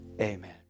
Amen